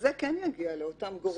זה כן יגיע לאותם גורמים,